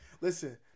Listen